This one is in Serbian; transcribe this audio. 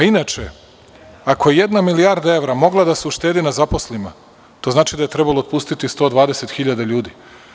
Inače, ako je jedna milijarda evra mogla da se uštedi na zaposlenima, to znači da je trebalo otpustiti 120.000 ljudi.